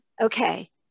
Okay